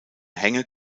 hänge